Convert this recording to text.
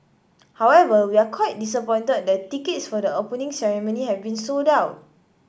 however we're quite disappointed that tickets for the Opening Ceremony have been sold out